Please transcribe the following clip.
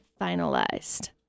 finalized